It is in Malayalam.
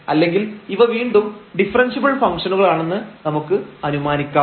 അല്ലെങ്കിൽ ഇവ വീണ്ടും ഡിഫറെൻഷ്യബിൾ ഫംഗ്ഷനുകളാണെന്ന് നമുക്ക് അനുമാനിക്കാം